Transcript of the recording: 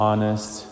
honest